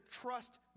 trust